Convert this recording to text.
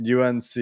UNC